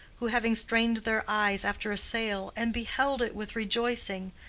who having strained their eyes after a sail, and beheld it with rejoicing,